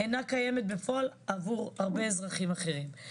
היא אינה קיימת בפועל עבור הרבה אזרחים אחרים.